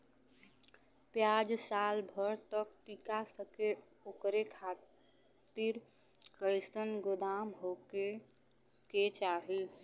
प्याज साल भर तक टीका सके ओकरे खातीर कइसन गोदाम होके के चाही?